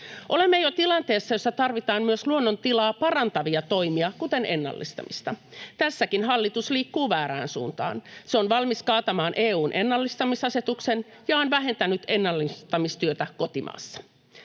Olemme jo tilanteessa, että tarvitaan myös luonnon tilaa parantavia toimia, kuten ennallistamista. Tässäkin hallitus liikkuu väärään suuntaan. Se on valmis kaatamaan EU:n ennallistamisasetuksen ja on vähentänyt ennallistamistyötä kotimaassa.